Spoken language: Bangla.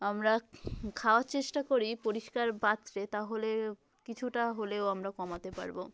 আমরা খাওয়ার চেষ্টা করি পরিষ্কার পাত্রে তাহলে কিছুটা হলেও আমরা কমাতে পারব